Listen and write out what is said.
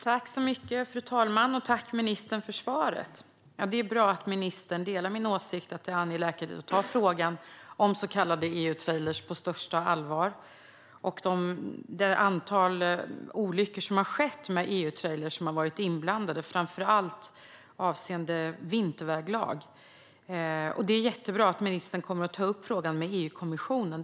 Fru talman! Tack, ministern, för svaret! Det är bra att ministern delar min åsikt att det är angeläget att ta frågan om så kallade EU-trailrar på största allvar. Det har skett ett antal olyckor där EU-trailrar har varit inblandade, framför allt på vinterväglag, och det är jättebra att ministern kommer att ta upp frågan med EU-kommissionen.